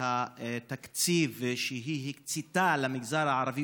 והתקציב שהיא הקצתה למגזר הערבי,